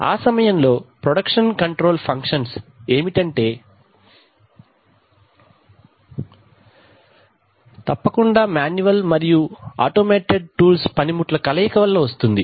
ఆ సమయంలో production control functions ఏమిటంటే తప్పకుండా మ్యాన్యువల్ మరియు ఆటోమేటెడ్ టూల్స్ పనిముట్లు కలయిక వల్ల వస్తుంది